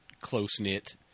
close-knit